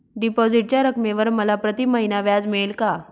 डिपॉझिटच्या रकमेवर मला प्रतिमहिना व्याज मिळेल का?